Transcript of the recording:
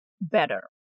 better